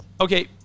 Okay